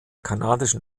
kanadischen